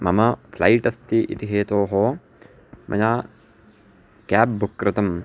मम फ्लैट् अस्ति इति हेतोः मया केब् बुक् कृतम्